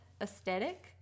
aesthetic